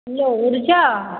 hello उर्जा